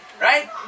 right